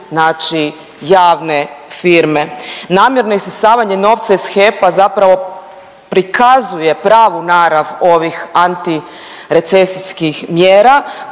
znači javne firme. Namjerno isisavanje novca iz HEP-a zapravo prikazuje pravu narav ovih antirecesijskih mjera,